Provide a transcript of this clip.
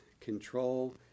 control